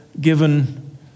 given